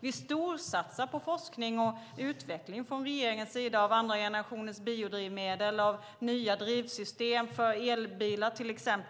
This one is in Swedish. Vi storsatsar från regeringens sida på forskning och utveckling av andra generationens biodrivmedel och nya drivsystem för elbilar till exempel.